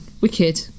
wicked